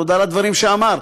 תודה על הדברים שאמרת,